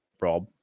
Rob